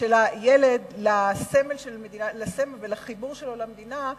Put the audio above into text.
של הילד לסמל ולחיבור שלו למדינה,